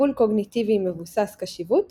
טיפול קוגניטיבי מבוסס קשיבות